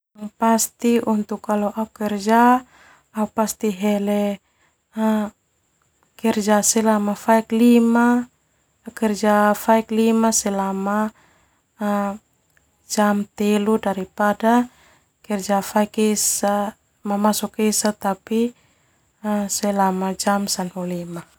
Kalo o kerja pasti hele kerja faik lima selama jam telu daripada kerja faek esa mamasok esa tapi selama jam sanahulu.